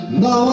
no